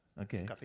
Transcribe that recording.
Okay